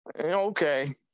okay